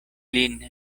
lin